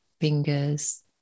fingers